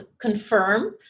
confirm